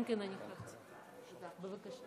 אנשים טובים, לא?